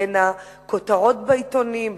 בין הכותרות בעיתונים,